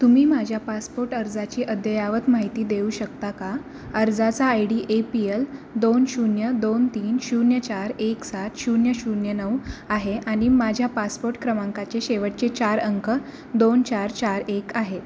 तुम्ही माझ्या पासपोर्ट अर्जाची अध्ययावत माहिती देऊ शकता का अर्जाचा I D A P L दोन शून्य दोन तीन शून्य चार एक सात शून्य शून्य नऊ आहे आनि माझ्या पासपोर्ट क्रमांकाचे शेवटचे चार अंक दोन चार चार एक आहेत